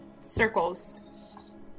circles